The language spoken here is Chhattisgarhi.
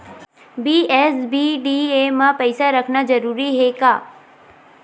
बी.एस.बी.डी.ए मा पईसा रखना जरूरी हे का?